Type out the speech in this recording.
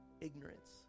ignorance